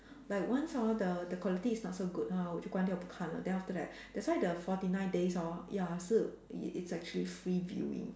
like once hor the the quality is not so good hor 我就关掉不看了 then after that that's why the forty nine days hor ya 是 it it's actually free viewing